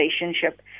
relationship